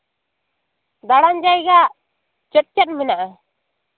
ᱫᱟᱬᱟᱱ ᱡᱟᱭᱜᱟ ᱪᱮᱫ ᱪᱮᱫ ᱢᱮᱱᱟᱜᱼᱟ